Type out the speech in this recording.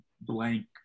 blank